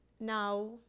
now